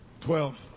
Twelve